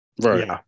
Right